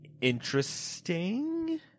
Interesting